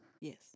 Yes